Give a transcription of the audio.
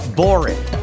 boring